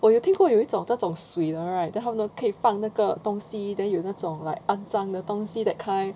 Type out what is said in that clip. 我有听过有一种那种水的 right then 他们可以放那个东西 then 有那种 like 肮脏的东西 that kind